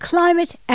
Climate